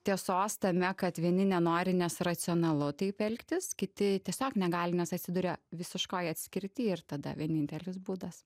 tiesos tame kad vieni nenori nes racionalu taip elgtis kiti tiesiog negali nes atsiduria visiškoj atskirty ir tada vienintelis būdas